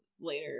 later